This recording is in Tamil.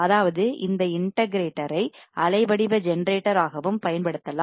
அதாவது இந்த இன்ட்டகிரேட்ட்டர் ஐ அலை வடிவ ஜெனரேட்டர் ஆகவும் பயன்படுத்தலாம்